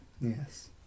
Yes